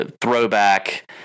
throwback